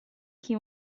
que